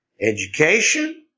education